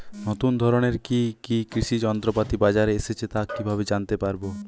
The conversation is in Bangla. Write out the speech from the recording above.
নতুন ধরনের কি কি কৃষি যন্ত্রপাতি বাজারে এসেছে তা কিভাবে জানতেপারব?